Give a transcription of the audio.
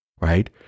right